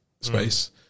space